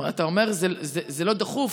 אתה אומר: זה לא דחוף,